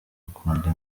akunda